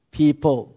people